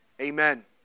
Amen